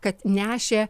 kad nešė